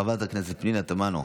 חברת הכנסת פנינה תמנו,